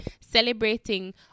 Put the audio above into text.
celebrating